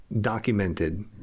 documented